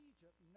Egypt